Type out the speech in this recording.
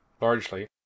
Largely